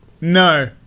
No